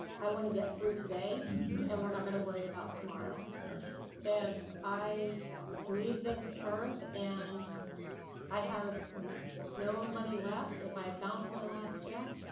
i want to get through today and we're not going to worry about tomorrow. got you. yeah if i leave this earth and i have no money left, if i bounce my last check,